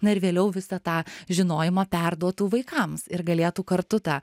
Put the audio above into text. na ir vėliau visą tą žinojimą perduotų vaikams ir galėtų kartu tą